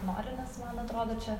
nori nes man atrodo čia